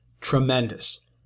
tremendous